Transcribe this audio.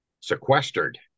sequestered